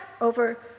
over